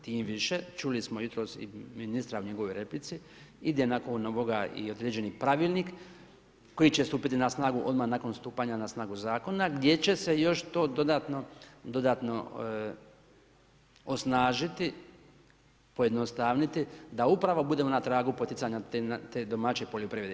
Tim više, čuli smo jutros i ministra u njegovoj replici, ide nakon ovoga i određeni pravilnik koji će stupiti na snagu odmah nakon stupanja na snagu zakona gdje će se još to dodatno osnažiti, pojednostaviti, da upravo budemo na tragu poticanja te domaće poljoprivrede.